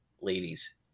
ladies